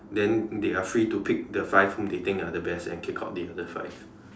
then they're free to pick the five whom they think are the best and kick out the other five